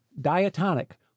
diatonic